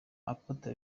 apotre